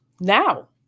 now